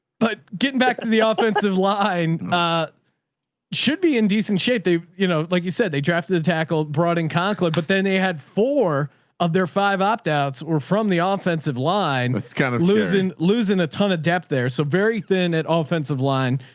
but getting back to the ah offensive line should be in decent shape. they, you know, like you said, they drafted the tackle brought in conklin, but then they had four of their five opt-outs or from the ah offensive line. what's kind of susan losing a ton of depth there. so very thin at all offensive line.